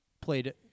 played